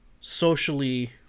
socially